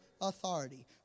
authority